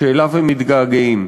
שאליו הם מתגעגעים.